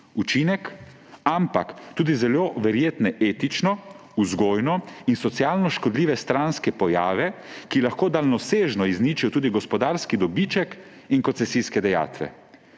učinek, »ampak tudi zelo verjetne etično, vzgojno in socialno škodljive stranske pojave, ki lahko daljnosežno izničijo tudi gospodarski dobiček in koncesijske dajatve.